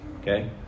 okay